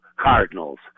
cardinals